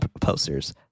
posters